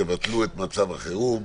תבטלו את מצב החירום.